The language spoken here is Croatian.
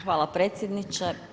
Hvala predsjedniče.